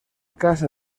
casa